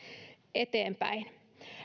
eteenpäin